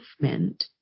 movement